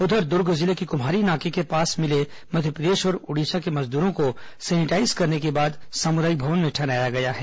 उधर दूर्ग जिले के कुम्हारी नाके के पास मिले मध्यप्रदेश और ओडिशा के मजदूरो को सैनिटाईज करने के बाद सामुदायिक भवन में ठहराया गया है